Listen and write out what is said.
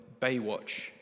baywatch